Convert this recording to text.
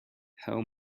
how